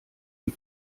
die